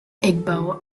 igbo